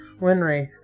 Winry